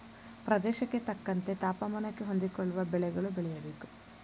ಪ್ರದೇಶಕ್ಕೆ ತಕ್ಕಂತೆ ತಾಪಮಾನಕ್ಕೆ ಹೊಂದಿಕೊಳ್ಳುವ ಬೆಳೆಗಳು ಬೆಳೆಯಬೇಕು